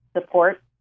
support